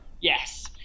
Yes